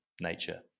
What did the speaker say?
nature